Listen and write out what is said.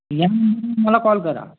येऊन मला कॉल करा